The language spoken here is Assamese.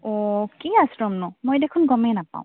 অ কি আশ্ৰমনো মই দেখোন গমেই নাপাওঁ